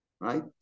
Right